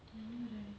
I know right